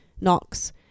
Knox